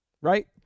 right